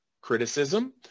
criticism